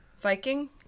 Viking